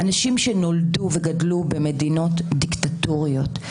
אנשים שנולדו וגדלו במדינות דיקטטוריות.